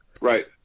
Right